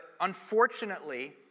unfortunately